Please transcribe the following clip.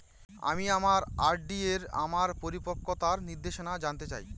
আমি আমার আর.ডি এর আমার পরিপক্কতার নির্দেশনা জানতে চাই